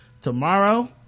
tomorrow